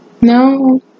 No